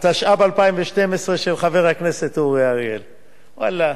התשע"ב 2012. תודה ליושב-ראש הוועדה.